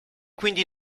quindi